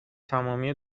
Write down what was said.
تمامی